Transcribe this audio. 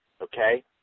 Okay